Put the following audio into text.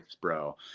bro